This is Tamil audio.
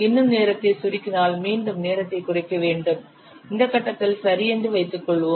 இன்னும் நேரத்தை சுருக்கினால் மீண்டும் நேரத்தை குறைக்க வேண்டும் இந்த கட்டத்தில் சரி என்று வைத்துக்கொள்வோம்